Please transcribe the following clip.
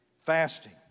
Fasting